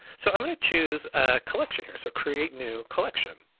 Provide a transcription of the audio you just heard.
so i'm gonna choose collection here. so create new collection.